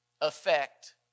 affect